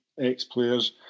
ex-players